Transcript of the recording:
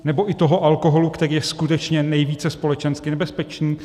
Nebo i toho alkoholu, který je skutečně nejvíce společensky nebezpečný?